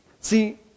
See